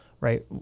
right